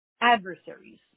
adversaries